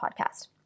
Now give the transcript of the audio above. podcast